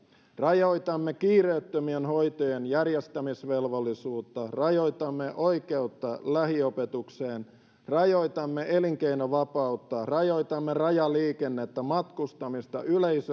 rajoitamme kiireettömien hoitojen järjestämisvelvollisuutta rajoitamme oikeutta lähiopetukseen rajoitamme elinkeinovapautta rajoitamme rajaliikennettä matkustamista